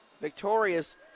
victorious